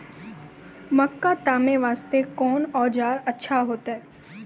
मक्का तामे वास्ते कोंन औजार अच्छा होइतै?